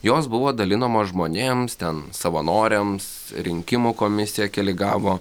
jos buvo dalinamos žmonėms ten savanoriams rinkimų komisija keli gavo